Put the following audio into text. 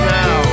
now